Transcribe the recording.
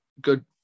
good